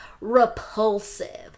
repulsive